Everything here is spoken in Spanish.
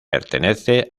pertenece